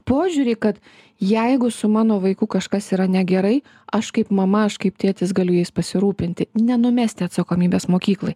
požiūrį kad jeigu su mano vaiku kažkas yra negerai aš kaip mama aš kaip tėtis galiu jais pasirūpinti nenumesti atsakomybės mokyklai